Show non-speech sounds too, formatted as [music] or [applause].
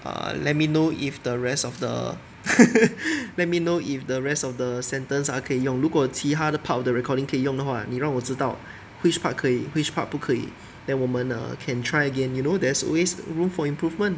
err let me know if the rest of the [laughs] let me know if the rest of the sentence ah 可以用如果其他的 part 我的 recording 可以用的话你让我知道 which part 可以 which part 不可以 then 我们 err can try again you know there's always room for improvement